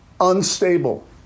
unstable